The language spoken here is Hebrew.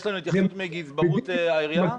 יש לנו התייחסות מגזברות העירייה?